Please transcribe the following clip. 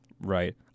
Right